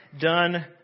done